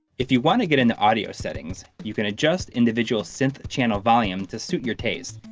if you want to get into audio settings, you can adjust individual synth channel volumes to suit your taste,